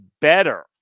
better